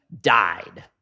died